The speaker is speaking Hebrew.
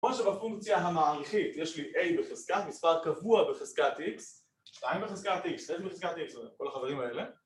כמו שבפונקציה המערכית יש לי a בחזקה, מספר קבוע בחזקת x, שתיים בחזקת x, שש בחזקת x, כל החברים האלה,